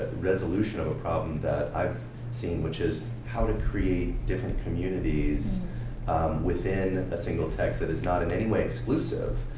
resolution of a problem that i've seen, which is how to create different communities within a single text that is not in anyway exclusive,